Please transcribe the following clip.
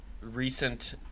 recent